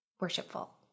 worshipful